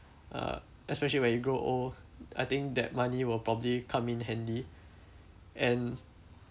uh especially when you grow old I think that money will probably come in handy and